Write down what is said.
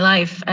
Life